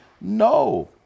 no